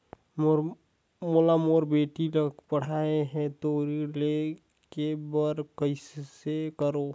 मोला मोर बेटी ला पढ़ाना है तो ऋण ले बर कइसे करो